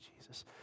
Jesus